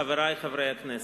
חברי חברי הכנסת,